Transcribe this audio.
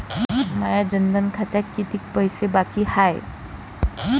माया जनधन खात्यात कितीक पैसे बाकी हाय?